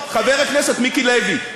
חבר הכנסת מיקי לוי,